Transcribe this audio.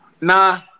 Nah